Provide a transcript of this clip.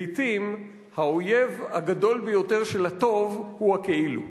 לעתים האויב הגדול ביותר של הטוב הוא הכאילו.